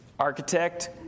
Architect